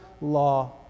law